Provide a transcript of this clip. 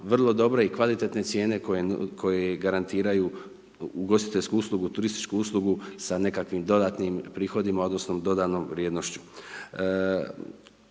vrlo dobre i kvalitetne cijene koje garantiranju ugostiteljsku uslugu turističku uslugu sa nekakvim dodatnim prihodima odnosno dodanom vrijednošću.